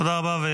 תודה רבה.